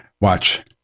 Watch